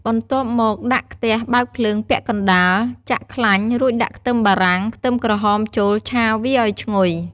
បន្ទាប់មកដាក់ខ្ទះបើកភ្លើងពាក់កណ្តាល ចាក់ខ្លាញ់ រួចដាក់ខ្ទឹមបារាំង ខ្ទឹមក្រហមចូលឆាវាឱ្យឈ្ងុយ។